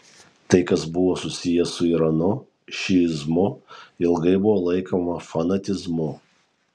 tai kas buvo susiję su iranu šiizmu ilgai buvo laikoma fanatizmu